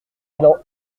élan